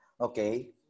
okay